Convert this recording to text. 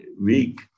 week